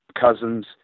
cousins